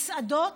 מסעדות,